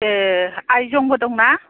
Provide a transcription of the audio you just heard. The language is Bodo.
ए आइजंबो दंना